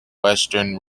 western